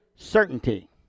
Certainty